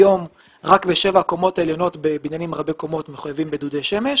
היום רק בשבע הקומות העליונות בבניינים רבי קומות מחויבים בדודי שמש